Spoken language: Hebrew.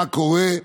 מה קורה?